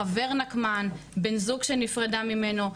חבר נקמן, בן זוג שנפרדה ממנו.